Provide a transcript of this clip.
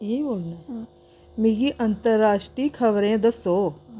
मिगी अंतर राश्ट्री खबरें दस्सो